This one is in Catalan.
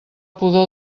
pudor